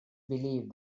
believed